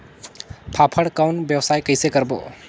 फाफण कौन व्यवसाय कइसे करबो?